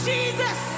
Jesus